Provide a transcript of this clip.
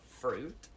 Fruit